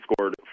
scored